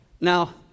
Now